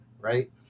Right